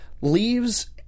leaves